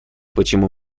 почему